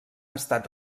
estat